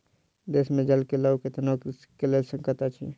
देश मे जल के लअ के तनाव कृषक के लेल संकट अछि